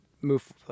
move